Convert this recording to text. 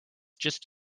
just